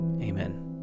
Amen